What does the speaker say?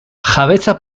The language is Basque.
jabetza